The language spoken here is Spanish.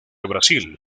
brasil